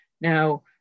Now